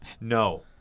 No